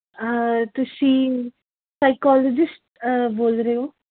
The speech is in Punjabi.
ਤੁਸੀਂ ਸਾਈਕੋਲਾਜਿਸਟ ਬੋਲ ਰਹੇ ਹੋ